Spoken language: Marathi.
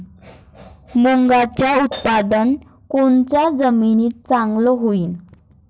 मुंगाचं उत्पादन कोनच्या जमीनीत चांगलं होईन?